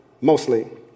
mostly